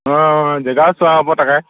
অঁ অঁ জেগাও চোৱা হ'ব তাকে